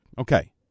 Okay